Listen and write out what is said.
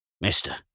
Mister